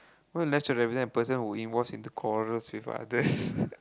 on left shoulder represent a person who involves into quarrel with others